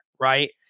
Right